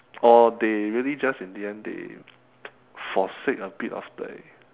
or they really just in the end they forsake a bit of the